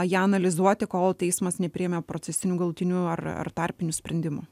ją analizuoti kol teismas nepriėmė procesinių galutinių ar ar tarpinių sprendimų